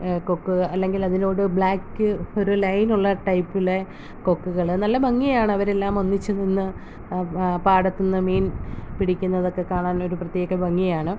കൊക്ക് അല്ലെങ്കിൽ അതിലൊരു ബ്ലാക്ക് ലൈനുള്ള ടൈപ്പിലെ കൊക്കുകള് നല്ല ഭംഗിയാണ് അവരെല്ലാം ഒന്നിച്ച് നിന്ന് പാടത്ത് നിന്ന് മീൻ പിടിക്കുന്നതൊക്കെ കാണാൻ ഒരു പ്രത്യേക ഭംഗിയാണ്